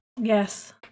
Yes